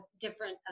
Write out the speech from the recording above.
different